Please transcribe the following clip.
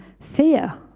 fear